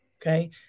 okay